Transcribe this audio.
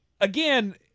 Again